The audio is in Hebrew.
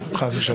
חס ושלום.